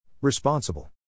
Responsible